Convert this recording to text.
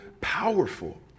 powerful